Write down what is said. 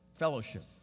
fellowship